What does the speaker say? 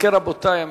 רבותי המציעים,